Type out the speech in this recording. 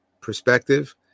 perspective